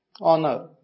Honor